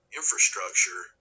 infrastructure